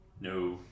no